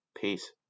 Peace